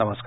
नमस्कार